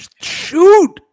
Shoot